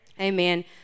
Amen